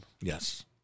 Yes